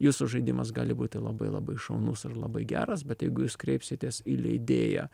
jūsų žaidimas gali būti labai labai šaunus ir labai geras bet jeigu jūs kreipsitės į leidėją